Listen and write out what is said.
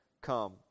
come